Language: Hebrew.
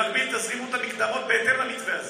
במקביל, תזרימו את המקדמות בהתאם למתווה הזה.